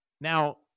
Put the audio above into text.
Now